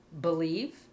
Believe